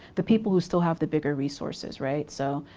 the people who still have the bigger resources, right. so,